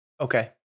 Okay